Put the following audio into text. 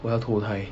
我要投胎